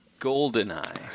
Goldeneye